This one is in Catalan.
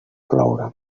ploure